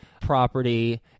property